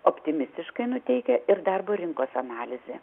optimistiškai nuteikia ir darbo rinkos analizė